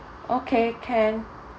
okay can